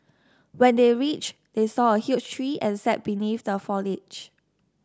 when they reached they saw a huge tree and sat beneath the foliage